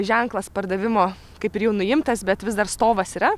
ženklas pardavimo kaip ir jau nuimtas bet vis dar stovas yra